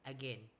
Again